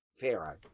Pharaoh